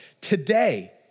today